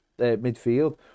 midfield